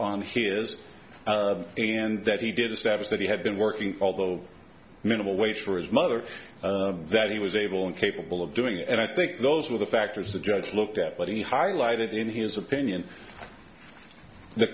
is and that he did establish that he had been working although minimal wage for his mother that he was able and capable of doing and i think those were the factors the judge looked at but he highlighted in his opinion the